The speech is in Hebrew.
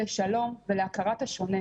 לשלום ולהכרת השונה.